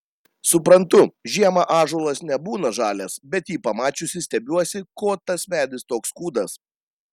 suprantu žiemą ąžuolas nebūna žalias bet jį pamačiusi stebiuosi ko tas medis toks kūdas